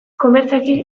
komertzialki